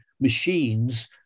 machines